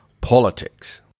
politics